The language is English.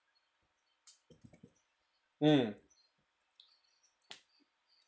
mm